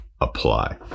apply